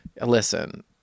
Listen